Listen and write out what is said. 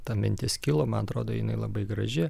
ta mintis kilo man atrodo jinai labai graži